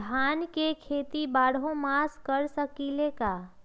धान के खेती बारहों मास कर सकीले का?